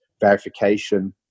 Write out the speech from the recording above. verification